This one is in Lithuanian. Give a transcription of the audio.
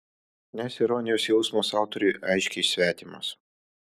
nes ironijos jausmas autoriui aiškiai svetimas